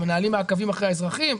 אנחנו מנהלים מעקבים אחרי האזרחים?